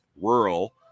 rural